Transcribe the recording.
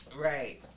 right